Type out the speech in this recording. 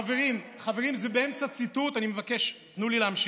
חברים, זה באמצע ציטוט, תנו לי להמשיך: